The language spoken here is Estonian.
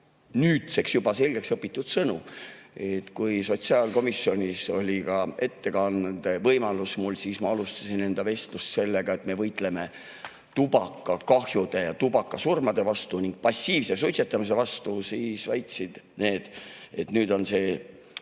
nüüdseks juba selgeks õpitud sõnu. Kui sotsiaalkomisjonis oli mul ettekande võimalus ja ma alustasin enda [kõne] sellega, et me võitleme tubakakahjude ja tubakasurmade vastu ning passiivse suitsetamise vastu, siis väitsid need, et nüüd on see